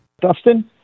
Dustin